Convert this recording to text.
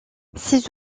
ces